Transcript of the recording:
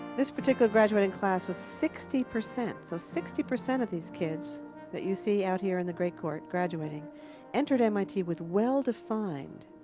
this particular graduating class was sixty. so sixty percent of these kids that you see out here in the great court graduating entered mit with well-defined